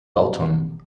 lawton